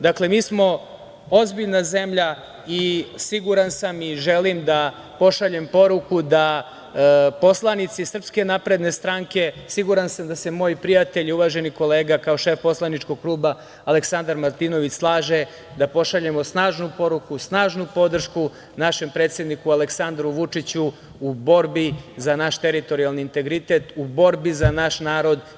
Dakle, mi smo ozbiljna zemlja i siguran sam i želim da pošaljem poruku da poslanici SNS, siguran sam da se moj prijatelj i uvaženi kolega kao šef poslaničkog kluba, Aleksandar Martinović slaže, da pošaljemo snažnu poruku, snažnu podršku našem predsedniku Aleksandru Vučiću u borbi za naš teritorijalni integritet, u borbi za naš narod.